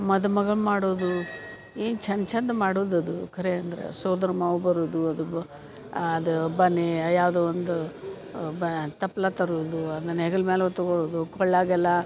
ಮದ್ಮಗ್ಳು ಮಾಡುವುದು ಏನು ಚಂದ ಚಂದ ಮಾಡುದು ಅದು ಖರೆ ಅಂದರೆ ಸೋದ್ರ ಮಾವ ಬರುವುದು ಅದು ಬಾ ಅದು ಯಾವುದೋ ಒಂದು ಬ ತಪ್ಲು ತರುವುದು ಅದನ್ನು ಹೆಗ್ಲ ಮ್ಯಾಲೆ ಹೊತ್ಕೊಳ್ಳೋದು ಕೊರ್ಳಾಗೆಲ್ಲ